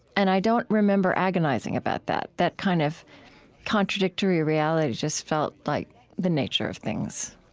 and i don't remember agonizing about that. that kind of contradictory reality just felt like the nature of things.